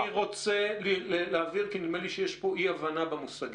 רוצה להבהיר, כי נדמה לי שיש פה אי הבנה במושגים.